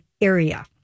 area